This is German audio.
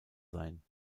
sein